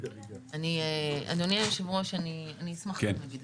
אדוני אני אשמח להתייחס רק לסיכום.